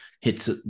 hits